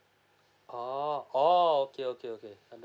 oo oh okay okay okay